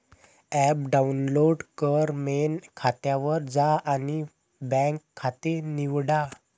app download कर, main खात्यावर जा आणि बँक खाते निवडा